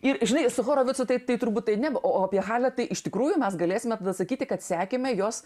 ir žinai su horovitsu tai tai turbūt tai ne o apie hamlet tai iš tikrųjų mes galėsime tada sakyti kad sekėme jos